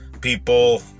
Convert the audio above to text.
people